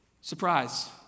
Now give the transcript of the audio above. Surprise